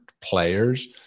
players